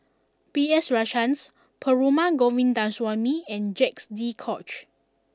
B S Rajhans Perumal Govindaswamy and Jacques de Coutre